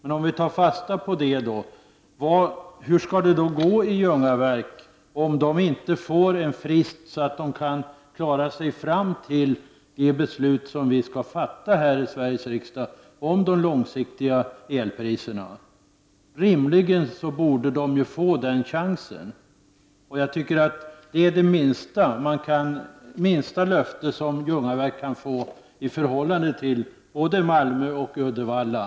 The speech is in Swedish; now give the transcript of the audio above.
Om jag nu tar fasta på detta, blir min fråga: Hur skall det gå i Ljungaverk om man inte får en frist fram till det att vi i Sveriges riksdag fattar beslut om de långsiktiga elpriserna? Vi borde rimligen ge Ljungaverk den här möjligheten. Det är det minsta som kan krävas i löftesväg när det gäller Ljungaverk — detta i förhållande till vad som skett i både Malmö och Uddevalla.